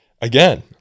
again